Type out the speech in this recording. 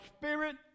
spirit